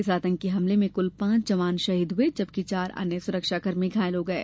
इस आतंकी हमले में कुल पांच जवान शहीद हुए जबकि चार अन्य सुरक्षाकर्मी घायल हो गये